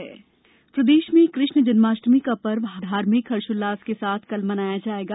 जन्माष्टमी प्रदेश में कृष्ण जन्माष्टमी का पर्व धार्मिक हर्षोल्लास के साथ मनाया कल मनाया जायेगा